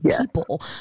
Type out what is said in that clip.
people